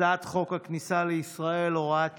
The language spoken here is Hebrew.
הצעת חוק הכניסה לישראל (הוראת שעה,